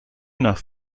nach